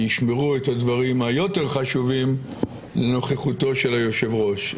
וישמרו את הדברים היותר חשובים לנוכחותו של היושב-ראש.